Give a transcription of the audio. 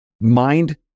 Mind